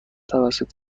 توسط